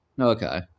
Okay